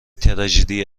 تراژدی